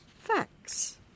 facts